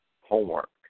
homework